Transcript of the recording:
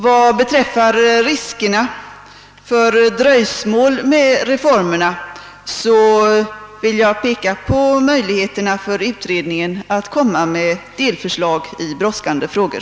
Vad beträffar riskerna med dröjsmål med reformerna vill jag hänvisa till möjligheterna för utredningen att framlägga delförslag i brådskande frågor.